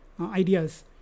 ideas